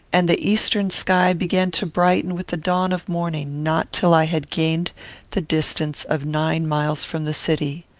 and the eastern sky began to brighten with the dawn of morning not till i had gained the distance of nine miles from the city.